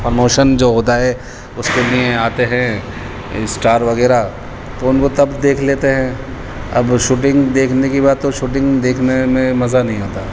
promotion جو ہوتا ہے اس کے لیے آتے ہیں اسٹار وغیرہ تو ان کو تب دیکھ لیتے ہیں اب شوٹنگ دیکھنے کی بات تو شوٹنگ دیکھنے میں مزہ نہیں آتا